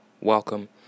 Welcome